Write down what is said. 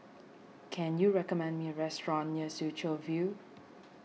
can you recommend me a restaurant near Soo Chow View